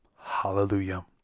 Hallelujah